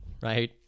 right